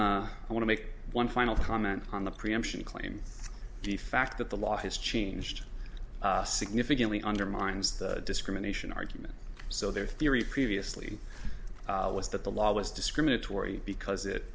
the i want to make one final comment on the preemption claim the fact that the law has changed significantly undermines the discrimination argument so their theory previously was that the law was discriminatory because it